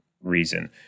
reason